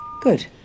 Good